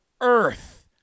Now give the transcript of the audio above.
Earth